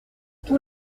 tout